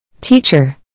Teacher